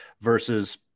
versus